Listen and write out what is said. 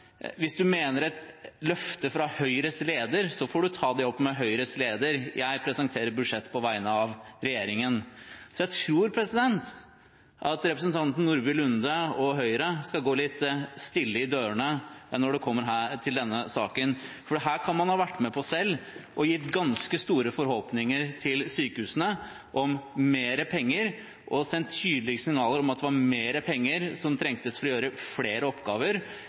hvis du mener et løfte fra Høyres leder, så får du ta det opp med Høyres leder, jeg presenterer budsjettet på vegne av regjeringen. Så jeg tror representanten Nordby Lunde og Høyre skal gå litt stille i dørene i denne saken, for her kan man selv ha vært med på å gi ganske store forhåpninger til sykehusene om mer penger, og ha sendt tydelige signaler om at det trengtes mer penger for å gjøre flere oppgaver